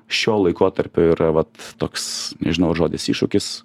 šio laikotarpio yra vat toks nežinau ar žodis iššūkis